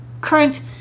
current